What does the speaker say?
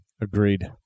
Agreed